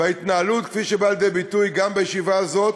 וההתנהלות, כפי שבאה לידי ביטוי גם בישיבה הזאת,